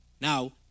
Now